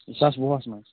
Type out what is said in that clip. زٕ ساس وُہس منٛز